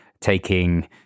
taking